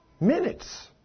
Minutes